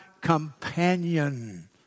companion